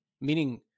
meaning